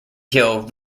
hill